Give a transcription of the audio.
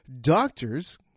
doctors